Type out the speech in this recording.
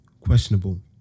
questionable